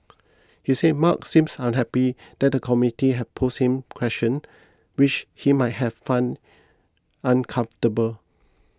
he said Mark seemed unhappy that the committee had pose him questions which he might have found uncomfortable